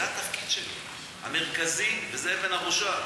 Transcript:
זה התפקיד שלו, המרכזי, וזו אבן הראשה.